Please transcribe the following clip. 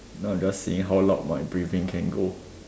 no just seeing how loud my breathing can go